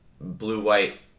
blue-white